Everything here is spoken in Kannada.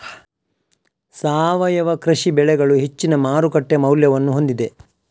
ಸಾವಯವ ಕೃಷಿ ಬೆಳೆಗಳು ಹೆಚ್ಚಿನ ಮಾರುಕಟ್ಟೆ ಮೌಲ್ಯವನ್ನು ಹೊಂದಿದೆ